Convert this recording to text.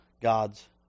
God's